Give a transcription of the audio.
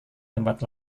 tempat